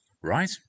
right